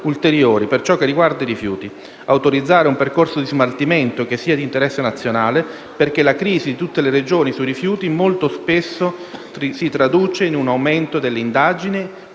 ciò che riguarda i rifiuti: autorizzare un percorso di smaltimento che sia di interesse nazionale, perché la crisi di tutte le Regioni sui rifiuti molto spesso si traduce in un aumento dei